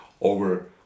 over